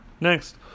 Next